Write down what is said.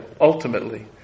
ultimately